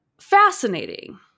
fascinating